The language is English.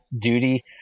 duty